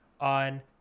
on